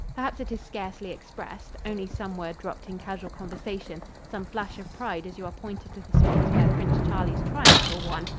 perhaps it is scarcely expressed only some word dropped in casual conversation, some flash of pride as you are pointed to the spots where prince charlie's triumphs were won,